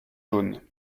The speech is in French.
jaunes